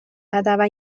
ababa